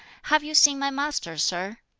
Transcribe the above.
have you seen my master, sir?